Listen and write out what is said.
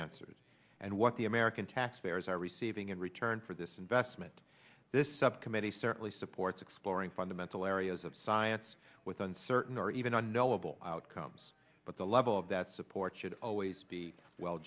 answered and what the american taxpayers are receiving in return for this investment this subcommittee certainly supports exploring fundamental areas of science with uncertain or even unknowable outcomes but the level of that support should always be well